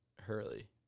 Hurley